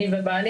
אני ובעלי